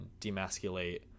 demasculate